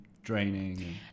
draining